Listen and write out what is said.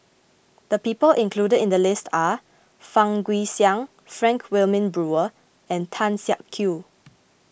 the people included in the list are Fang Guixiang Frank Wilmin Brewer and Tan Siak Kew